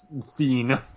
scene